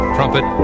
Trumpet